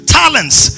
talents